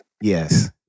Yes